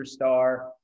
superstar